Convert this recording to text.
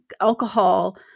alcohol